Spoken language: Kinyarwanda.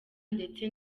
ndetse